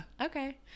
okay